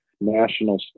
national